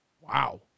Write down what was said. Wow